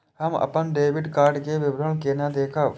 हम अपन debit card के विवरण केना देखब?